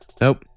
nope